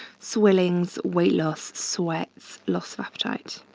swellings, weight loss, sweats, loss of appetite.